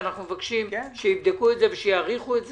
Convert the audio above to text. שאנחנו מבקשים שיבדקו את זה ושיאריכו את זה?